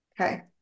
Okay